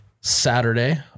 Saturday